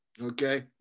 Okay